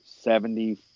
seventy